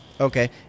Okay